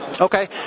Okay